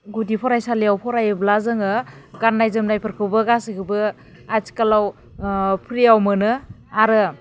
गुदि फरायसालिआव फराययोब्ला जोङो गान्नाय जोमनायफोरखौबो गासैखौबो आथिखालाव फ्रीआव मोनो आरो